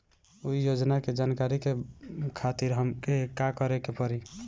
उ योजना के जानकारी के खातिर हमके का करे के पड़ी?